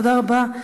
תודה רבה.